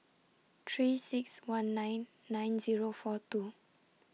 three six one nine nine Zero four two